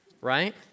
right